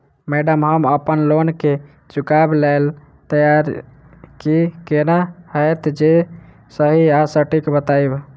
Madam हम अप्पन loan केँ चुकाबऽ लैल तैयार छी केना हएत जे सही आ सटिक बताइब?